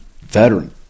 veteran